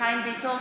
חיים ביטון,